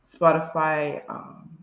Spotify